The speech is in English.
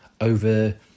over